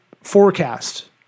forecast